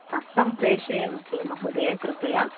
हा तं प्रेषयन्तु महोदये कृपया